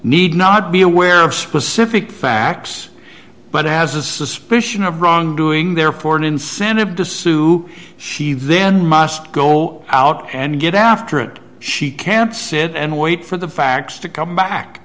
need not be aware of specific facts but has a suspicion of wrongdoing therefore an incentive to sue she then must go out and get out after it she can't sit and wait for the facts to come back